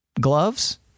gloves